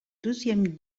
deuxième